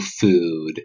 food